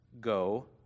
go